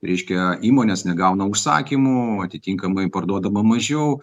reiškia įmonės negauna užsakymų atitinkamai parduodama mažiau